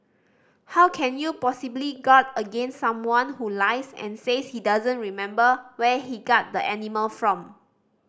how can you possibly guard against someone who lies and says he doesn't remember where he got the animal from